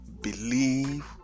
believe